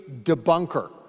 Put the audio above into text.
debunker